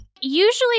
Usually